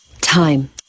Time